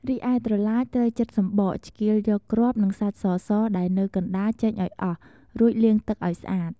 រីឯត្រឡាចត្រូវចិតសំបក ឆ្កៀលយកគ្រាប់ និងសាច់សៗ ដែលនៅកណ្តាលចេញឱ្យអស់ រួចលាងទឹកឱ្យស្អាត។